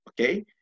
okay